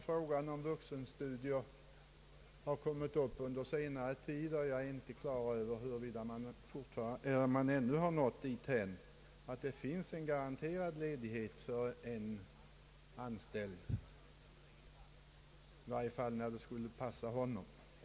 Frågan om vuxenstudier har kommit upp under senare tid, och vi har väl inte helt nått därhän att det finns en garanterad ledighet för en anställd, i varje fall om det gäller tider som passar honom.